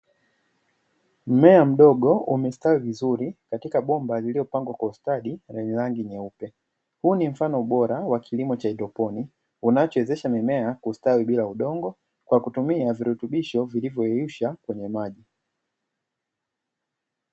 mmea mdogo umestawi vizuri katika bomba lililopangwa kwa ustadi lenye rangi nyeupe huu ni mfano bora wa kilimo cha haidroponi unachowezesha mmea kustawi bila udongo kwa kutumia virutubisho vilivyoyeyushwa kwenye maji